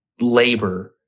labor